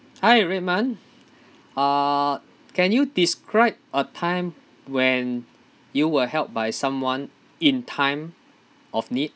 hi raymond uh can you describe a time when you were helped by someone in time of need